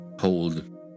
Hold